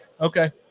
Okay